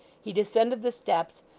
he descended the steps,